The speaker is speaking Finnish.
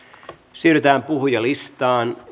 siirrytään puhujalistaan